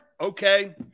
Okay